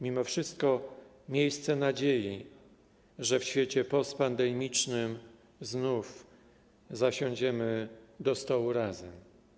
Mimo wszystko miejsce nadziei, że w świecie postpandemicznym znów zasiądziemy do stołu razem.